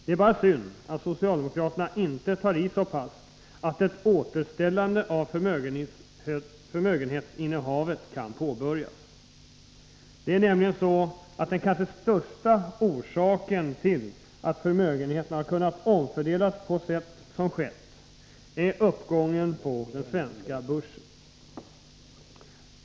Det är bara synd att socialdemokraterna inte tar i så pass att ett återställande av förmögenhetsinnehavet kan påbörjas. Den kanske största orsaken till att förmögenheterna har kunnat omfördelas på sätt som skett är nämligen uppgången på den svenska börsen.